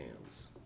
hands